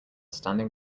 standing